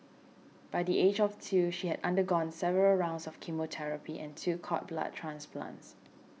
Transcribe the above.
by the age of two she had undergone several rounds of chemotherapy and two cord blood transplants